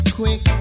quick